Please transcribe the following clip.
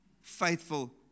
faithful